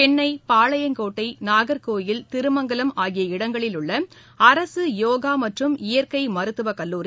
சென்னை பாளையங்கோட்டை நாகர்கோவில் திருமங்கலம் ஆகிய இடங்களில் உள்ளஅரசுபோகாமற்றும் இயற்கைமருத்துவகல்லூரி